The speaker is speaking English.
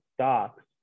stocks